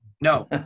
no